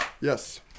Yes